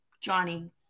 Johnny